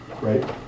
Right